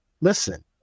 listen